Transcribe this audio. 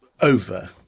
over